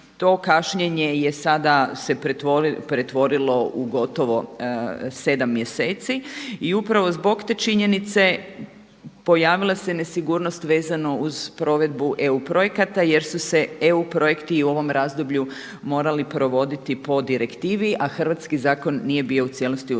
To kašnjenje je sada se pretvorilo se pretvorilo u gotovo 7 mjeseci. I upravo zbog te činjenice pojavila se nesigurnost vezano uz provedbu EU projekata jer su se EU projekti i u ovom razdoblju morali provoditi po direktivi a hrvatski zakon nije bio u cijelosti usklađen